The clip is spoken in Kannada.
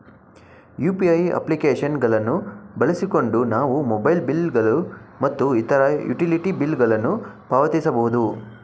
ಯು.ಪಿ.ಐ ಅಪ್ಲಿಕೇಶನ್ ಗಳನ್ನು ಬಳಸಿಕೊಂಡು ನಾವು ಮೊಬೈಲ್ ಬಿಲ್ ಗಳು ಮತ್ತು ಇತರ ಯುಟಿಲಿಟಿ ಬಿಲ್ ಗಳನ್ನು ಪಾವತಿಸಬಹುದು